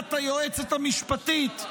להנחיית היועצת המשפטית,